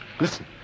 listen